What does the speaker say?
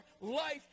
life